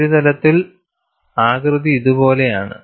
ഉപരിതലത്തിൽ ആകൃതി ഇതുപോലെയാണ്